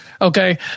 Okay